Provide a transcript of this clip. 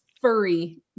furry